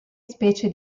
specie